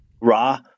ra